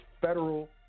federal